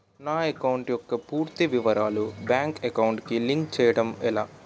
నా అకౌంట్ యెక్క పూర్తి వివరాలు బ్యాంక్ అకౌంట్ కి లింక్ చేయడం ఎలా?